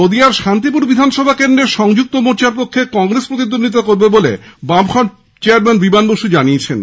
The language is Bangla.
নদীয়ার শান্তিপুর বিধানসভা কেন্দ্রে সংযুক্ত মোর্চার পক্ষে কংগ্রেস প্রতিদ্বন্দ্বিতা করবে বলে বামফ্রন্ট চেয়ারম্যান বিমান বসু জানিয়েছেন